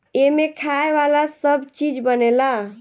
एमें खाए वाला सब चीज बनेला